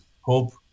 hope